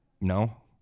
No